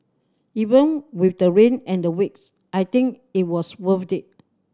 even with the rain and the wait I think it was worth they